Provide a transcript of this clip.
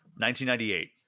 1998